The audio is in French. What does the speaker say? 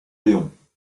léon